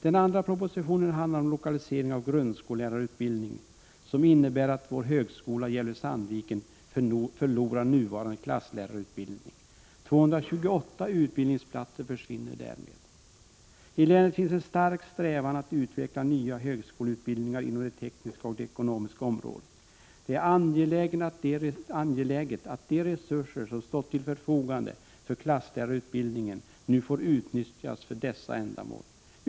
Den andra propositionen handlar om grundskollärarutbildningen och innebär att vår högskola Gävle/Sandviken förlorar nuvarande klasslärarutbildning. 228 utbildningsplatser försvinner därmed. | I länet finns en stark strävan att utveckla nya högskoleutbildningar inom 119 || det tekniska och det ekonomiska området. Det är angeläget att de resurser som har stått till förfogande för klasslärarutbildningen nu får utnyttjas för dessa ändamål.